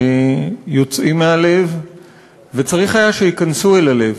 שיוצאים מהלב וצריך היה שייכנסו אל הלב.